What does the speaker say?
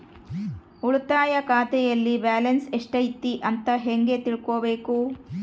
ಉಳಿತಾಯ ಖಾತೆಯಲ್ಲಿ ಬ್ಯಾಲೆನ್ಸ್ ಎಷ್ಟೈತಿ ಅಂತ ಹೆಂಗ ತಿಳ್ಕೊಬೇಕು?